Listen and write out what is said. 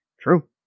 True